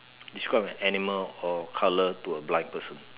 describe an animal or a colour to a blind person